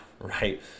right